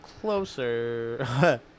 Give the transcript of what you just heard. Closer